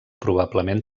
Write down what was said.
probablement